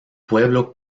pueblo